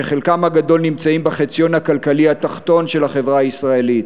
שחלקם הגדול נמצאים בחציון הכלכלי התחתון של החברה הישראלית.